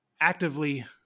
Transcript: actively